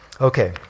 Okay